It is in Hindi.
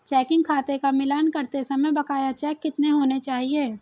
चेकिंग खाते का मिलान करते समय बकाया चेक कितने होने चाहिए?